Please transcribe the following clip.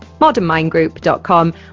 modernmindgroup.com